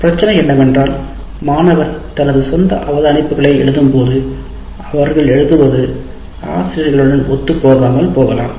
பிரச்சனை என்னவென்றால் மாணவர் தனது சொந்த அவதானிப்புகளை எழுதும் போது அவர்கள் எழுதுவது ஆசிரியர்களுடன் ஒத்துப் போகாமல் போகலாம்